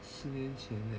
十年前的